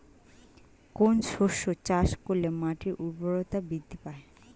কোন শস্য চাষ করলে মাটির উর্বরতা বৃদ্ধি পায়?